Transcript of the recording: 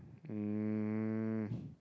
um